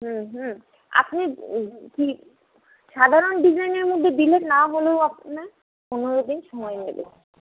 হুম হুম আপনি কী সাধারণ ডিজাইনের মধ্যে দিলেন নাহলেও আপনার পনেরো দিন সময় নেবে